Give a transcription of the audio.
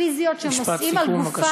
הפיזיות, שהם נושאים, משפט סיכום, בבקשה.